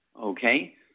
okay